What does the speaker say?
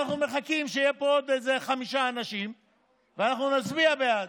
אנחנו מחכים שיהיו פה עוד איזה חמישה אנשים ואנחנו נצביע בעד.